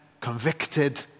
convicted